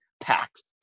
packed